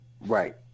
Right